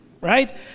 right